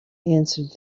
answered